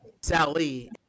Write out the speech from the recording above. Sally